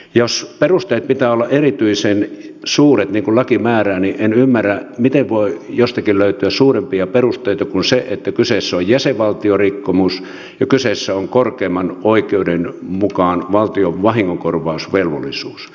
jos perusteiden pitää olla erityisen suuret niin kuin laki määrää niin en ymmärrä miten voi jostakin löytyä suurempia perusteita kuin se että kyseessä on jäsenvaltiorikkomus ja kyseessä on korkeimman oikeuden mukaan valtion vahingonkorvausvelvollisuus